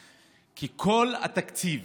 כי כל התקציב